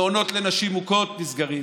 מעונות לנשים מוכות נסגרים,